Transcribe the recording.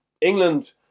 england